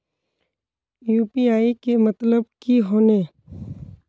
UPI के मतलब की होने?